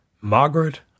Margaret